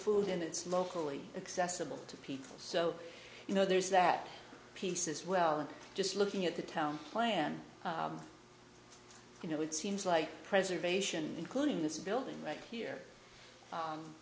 food and it's locally accessible to people so you know there's that piece as well and just looking at the town plan you know it seems like preservation including this building right here